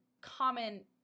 common